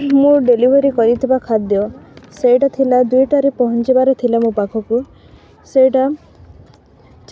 ମୁଁ ଡ଼େଲିଭରି କରିଥିବା ଖାଦ୍ୟ ସେଇଟା ଥିଲା ଦୁଇଟାରେ ପହଞ୍ଚିବାର ଥିଲେ ମୋ ପାଖକୁ ସେଇଟା